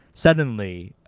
suddenly,